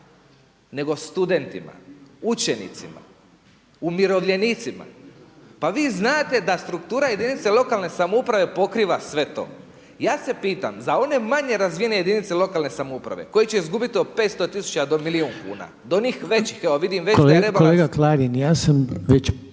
nego studentima, učenicima, umirovljenicima. Pa vi znate da struktura jedinica lokalne samouprave pokriva sve to. Ja se pitam za one manje jedinice lokalne samouprave koje će izgubiti od 500 tisuća do milijun kuna do onih većih evo vidim. **Reiner, Željko (HDZ)** Kolega Klarin, ja sam već